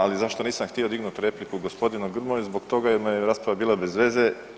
Ali zašto nisam htio dignut repliku gospodinu Grmoji, zbog toga jer mu je rasprava bila bezveze.